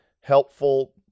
helpful